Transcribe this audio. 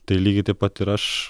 tai lygiai taip pat ir aš